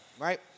right